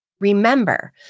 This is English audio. remember